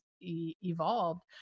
evolved